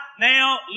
now